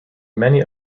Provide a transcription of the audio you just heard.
many